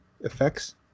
effects